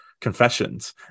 confessions